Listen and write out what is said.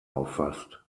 auffasst